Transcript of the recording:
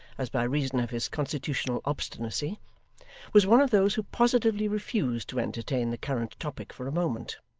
as by reason of his constitutional obstinacy was one of those who positively refused to entertain the current topic for a moment.